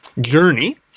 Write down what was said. journey